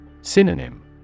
Synonym